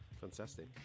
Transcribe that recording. Fantastic